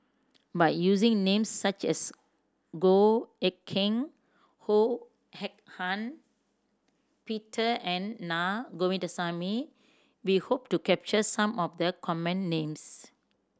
by using names such as Goh Eck Kheng Ho Hak Ean Peter and Naa Govindasamy we hope to capture some of the common names